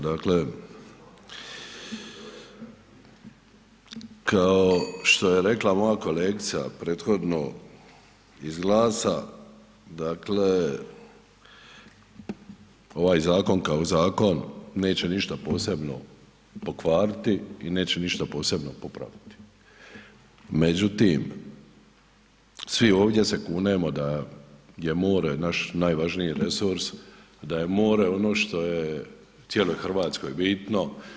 Dakle kao što je rekla moja kolegica prethodno iz GLAS-a, dakle ovaj zakon kao zakon neće ništa posebno pokvariti i neće ništa posebno popraviti međutim svi ovdje se kunemo da je more naš najvažniji resurs i da je more ono što je cijeloj Hrvatskoj bitno.